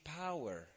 power